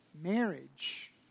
marriage